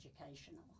educational